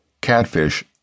Catfish